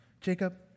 Jacob